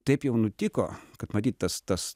taip jau nutiko kad matyt tas tas